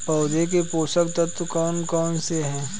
पौधों के पोषक तत्व कौन कौन से हैं?